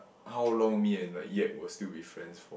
how long me and like yet will still be friends for